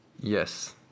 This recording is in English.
Yes